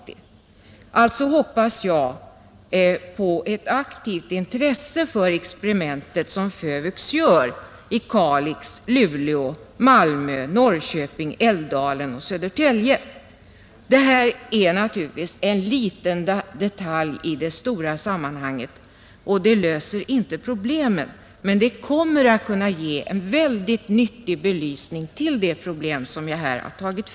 Jag hoppas därför på ett aktivt intresse för experimentet som FÖVUX gör i Kalix, Luleå, Malmö, Norrköping, Älvdalen och Södertälje. Det är naturligtvis en liten detalj i det stora sammanhanget, och det löser inte problemen, men det kommer att ge en mycket nyttig belysning av de problem som jag här har berört.